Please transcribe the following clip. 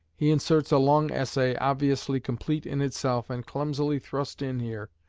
he inserts a long essay, obviously complete in itself and clumsily thrust in here,